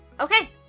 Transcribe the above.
Okay